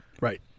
Right